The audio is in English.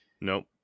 Nope